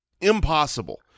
impossible